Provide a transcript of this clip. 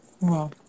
Wow